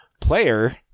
player